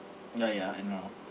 ya ya I know